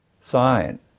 sign